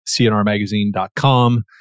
CNRMagazine.com